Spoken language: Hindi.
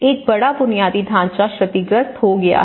एक बड़ा बुनियादी ढांचा क्षतिग्रस्त हो गया है